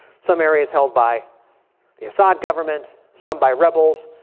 some areas held by the assad government. some by rebels,